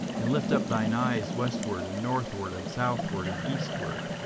and lift up thine eyes westward, and northward, and southward, and eastward,